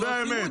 אבל זו האמת.